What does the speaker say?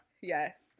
Yes